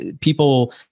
people